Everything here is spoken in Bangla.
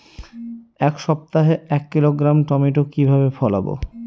এক সপ্তাহে এক কিলোগ্রাম টমেটো কিভাবে ফলাবো?